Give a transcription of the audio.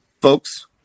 folks